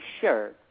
sure